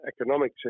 economic